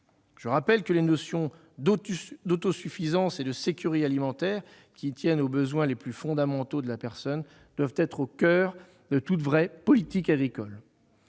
Je rappelle que les notions d'autosuffisance et de sécurité alimentaires, qui tiennent aux besoins les plus fondamentaux de la personne, doivent être au coeur de toute vraie politique agricole.